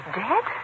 dead